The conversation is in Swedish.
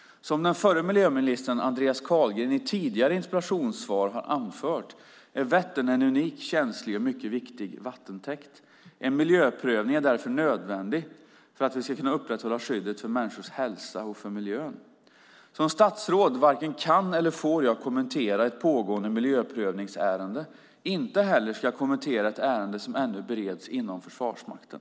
Som den förre miljöministern Andreas Carlgren i tidigare interpellationssvar har anfört är Vättern en unik, känslig och mycket viktig vattentäkt. En miljöprövning är nödvändig för att vi ska kunna upprätthålla skyddet för människors hälsa och för miljön. Som statsråd varken kan eller får jag kommentera ett pågående miljöprövningsärende. Inte heller ska jag kommentera ett ärende som ännu bereds inom Försvarsmakten.